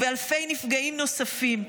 ובאלפי נפגעים נוספים.